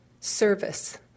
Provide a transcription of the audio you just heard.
service